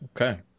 okay